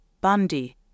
Bundy